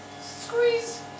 Squeeze